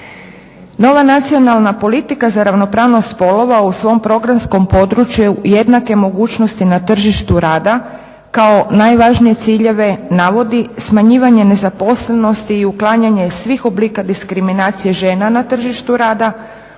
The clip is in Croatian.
Nova Nacionalna politika za ravnopravnost spolova u svom programskog području jednake mogućnosti na tržištu rada kao najvažnije ciljeve navodi smanjivanje nezaposlenosti i uklanjanje svih oblika diskriminacije žena na tržištu rada,